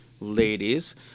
ladies